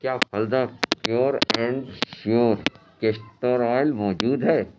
کیا پھلدا pure and sure castor oil موجود ہے